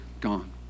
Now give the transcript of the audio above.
gone